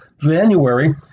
January